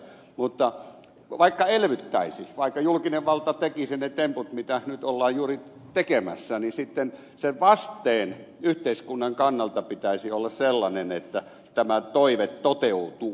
mutta vaikka elvyttäisi vaikka julkinen valta tekisi ne temput mitä nyt ollaan juuri tekemässä niin sitten sen vasteen yhteiskunnan kannalta pitäisi olla sellainen että tämä toive toteutuu